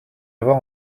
avoir